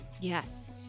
yes